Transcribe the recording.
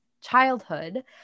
childhood